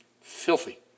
filthy